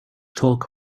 talk